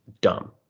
dumb